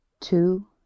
two